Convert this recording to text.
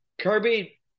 Kirby